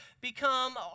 become